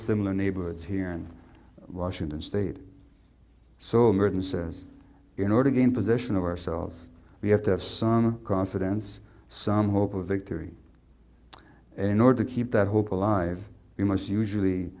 similar neighborhoods here in washington state so in order to gain position of ourselves we have to have some confidence some hope of victory in order to keep that hope alive you must usually